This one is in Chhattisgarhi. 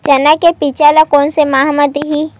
चना के बीज ल कोन से माह म दीही?